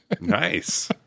Nice